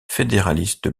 fédéraliste